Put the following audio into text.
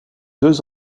deux